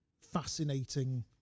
fascinating